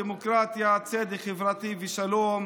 דמוקרטיה, צדק חברתי ושלום.